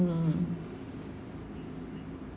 mm